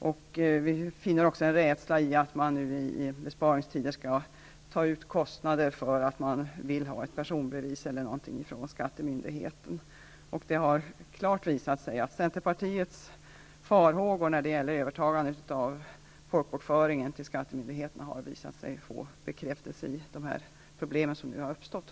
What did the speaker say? Vi befarar också att myndigheten i besparingstider skall börja ta ut kostnader för personbevis och liknande. Centerns farhågor när det gäller överföringen av folkbokföringen till skattemyndigheten har tyvärr bekräftats i och med de problem som uppstått.